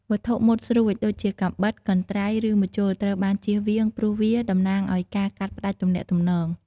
វត្ថុមុតស្រួចដូចជាកាំបិត កន្ត្រៃ ឬម្ជុលត្រូវបានជៀសវាង ព្រោះវាតំណាងឱ្យការកាត់ផ្តាច់ទំនាក់ទំនង។